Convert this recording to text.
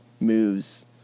moves